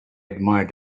admired